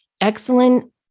Excellent